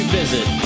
visit